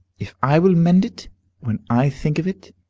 if i will mend it when i think of it,